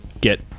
get